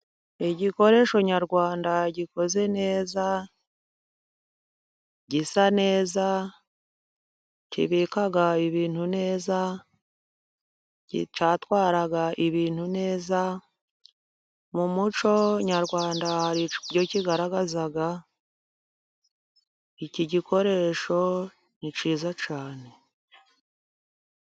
Igikoresho nyarwanda gikoze neza, gisa neza, kibika ibintu neza, cyatwaraga ibintu neza, mu muco nyarwanda iyo kigaragaza, iki gikoresho ni kiza cyane.